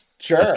sure